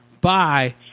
Bye